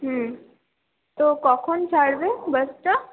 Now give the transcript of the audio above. হুম তো কখন ছাড়বে বাসটা